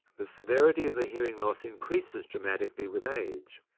the severity of the hearing loss increases dramatically with age.